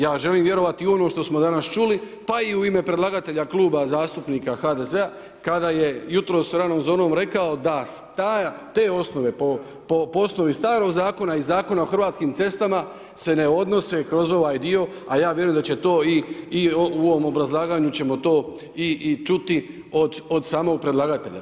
Ja želim vjerovati i u ono što smo danas čuli pa i u ime predlagatelja Klub zastupnika HDZ-a kada je jutros ranom zorom rekao da s te osnove po osnovi starog zakona i Zakona o Hrvatskim cestama se ne odnose kroz ovaj dio a ja vjerujem da će to i u ovom obrazlaganju ćemo to i čuti od samog predlagatelja.